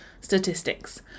statistics